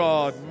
God